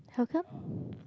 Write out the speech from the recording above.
how come